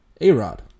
A-Rod